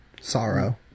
sorrow